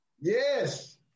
Yes